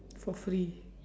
for free